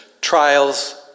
Trials